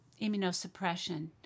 immunosuppression